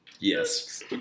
Yes